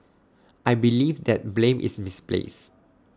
I believe that blame is misplaced